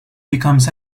becomes